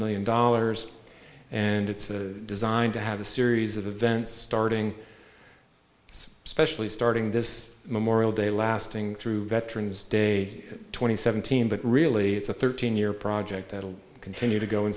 million dollars and it's designed to have a series of events starting this specially starting this memorial day lasting through veterans day twenty seventeen but really it's a thirteen year project that will continue to go in